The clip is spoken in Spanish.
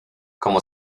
como